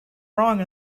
wrong